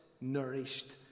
Nourished